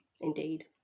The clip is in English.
Indeed